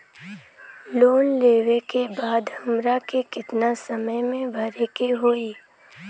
Loan लेवे के बाद हमरा के कितना समय मे भरे के होई?